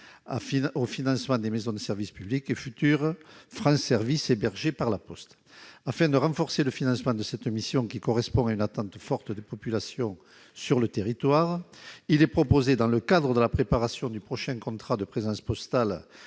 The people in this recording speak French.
au financement des maisons de services au public et des futures maisons France Service hébergées par La Poste. Afin de renforcer le financement de cette mission, qui correspond à une attente forte des populations sur les territoires, il est proposé, dans le cadre de la préparation du prochain contrat de présence postale